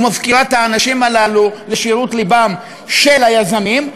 ומפקירה את האנשים הללו לשרירות לבם של היזמים.